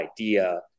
idea